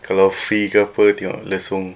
kalau free ke apa tengok lesung